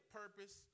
purpose